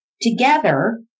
Together